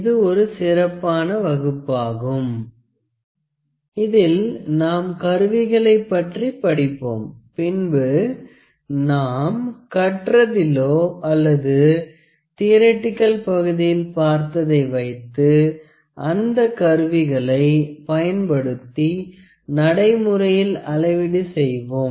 இது ஒரு சிறப்பான வகுப்பாகும் இதில் நாம் கருவிகளைப் பற்றி படிப்போம் பின்பு நாம் கற்றதிலோ அல்லது தியாரிட்டிகள் பகுதியில் பார்த்ததை வைத்து அந்தக் கருவிகளை பயன்படுத்தி நடைமுறையில் அளவீடு செய்வோம்